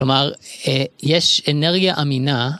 כלומר, יש אנרגיה אמינה...